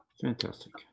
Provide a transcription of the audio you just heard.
Fantastic